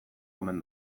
omen